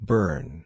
Burn